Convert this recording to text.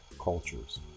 cultures